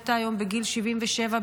מתה היום בגיל 77,